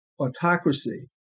autocracy